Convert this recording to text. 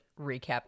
recap